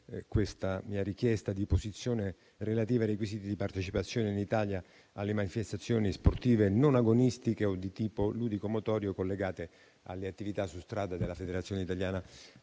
questa richiesta circa la mia posizione relativa ai requisiti di partecipazione in Italia alle manifestazioni sportive non agonistiche o di tipo ludico-motorio collegate alle attività su strada della Federazione italiana